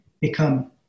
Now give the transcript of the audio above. become